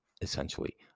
essentially